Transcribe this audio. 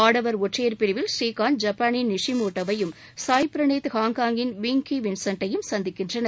ஆடவர் ஒற்றையர் பிரிவில் ஸ்ரீகாந்த் ஐப்பாவின் நிஷி மோட்டோவையும் சாய் பிரணீத் ஹாங்காங்கின் விங் கி வின்சென்ட்டையும் சந்திக்கின்றனர்